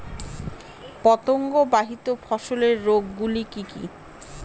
পতঙ্গবাহিত ফসলের রোগ গুলি কি কি?